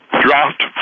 draft